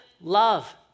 love